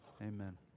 Amen